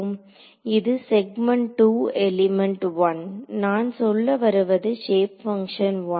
இது segment 2 element 1 நான் சொல்ல வருவது ஷேப் பங்க்ஷன் 1